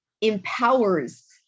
empowers